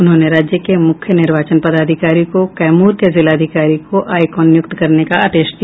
उन्होंने राज्य के मुख्य निर्वाचन पदाधिकारी को कैमूर के जिलाधिकारी को आईकॉन नियुक्त करने का आदेश दिया